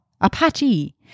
Apache